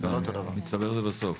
מצטבר זה בסוף.